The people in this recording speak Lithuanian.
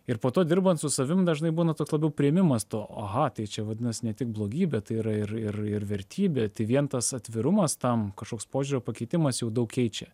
ir po to dirbant su savim dažnai būna toks labiau priėmimas to oha tai čia vadinasi ne tik blogybė tai yra ir ir ir vertybė tai vien tas atvirumas tam kažkoks požiūrio pakeitimas jau daug keičia